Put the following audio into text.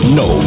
no